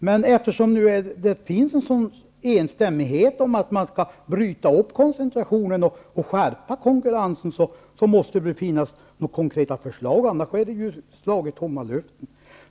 Men eftersom det finns en enighet om att man skall bryta upp koncentrationen och skärpa konkurrensen måste det komma konkreta förslag. Annars är det ett slag i tomma luften.